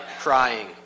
crying